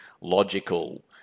logical